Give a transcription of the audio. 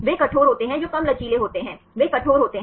वे कठोर होते हैं जो कम लचीले होते हैं वे कठोर होते हैं